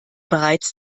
bereits